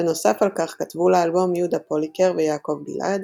ונוסף על כך כתבו לאלבום יהודה פוליקר ויעקב גלעד,